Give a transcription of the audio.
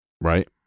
right